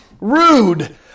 rude